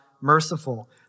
merciful